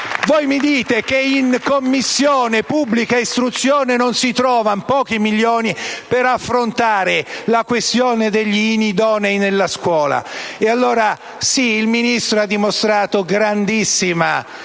dite invece che in Commissione pubblica istruzione non si trovano pochi milioni per affrontare la questione degli inidonei nella scuola. Certo, il Ministro ha dimostrato grande